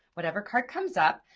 whatever card comes up,